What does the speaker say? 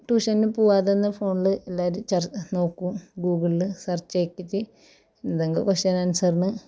ട്യൂഷന് പോവാതെ തന്നെ ഫോണ്ല് എല്ലാവരും ചെ നോക്കും ഗൂഗിളിൽ സെർച്ച് ആക്കിയിട്ട് എന്തേങ്കിലും ക്വസ്റ്റ്യൻ ആൻസറിന്